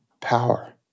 power